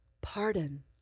pardon